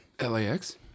LAX